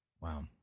Wow